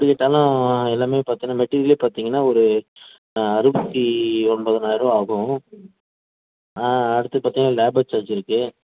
எப்படி கேட்டாலும் எல்லாமே பார்த்திங்கன்னா மெட்டிரியலே பார்த்திங்கன்னா ஒரு அறுபத்தி ஒம்பதனாயிரம் ரூபா ஆகும் அடுத்து பார்த்திங்கன்னா லேபர் சார்ஜ் இருக்குது